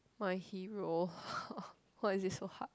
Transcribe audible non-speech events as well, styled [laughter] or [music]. my hero [noise] why is it so hard